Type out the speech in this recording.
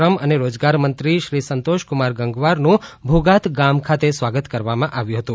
કામ અને રોજગાર મંત્રી સંતોષકુમાર ગંગવારનું ભોગાત ગામ ખાતે સ્વાગત કરવામાં આવ્યું હતું